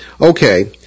Okay